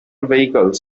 vehicles